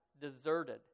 deserted